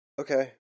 Okay